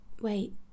wait